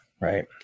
right